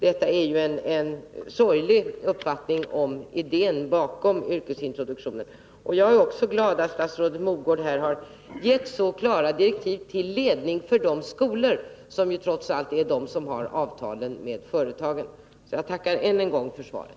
Detta är ju en sorglig uppfattning om idén bakom 10 mars 1981 yrkesintroduktionen. Jag är glad att statsrådet Mogård gett så klara direktiv till ledning för skolorna, som ju trots allt är de som har avtalen med Om bibehållande företagen. av manuell betjä Jag tackar än en gång för svaret.